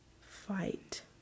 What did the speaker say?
fight